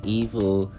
evil